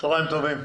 צהרים טובים.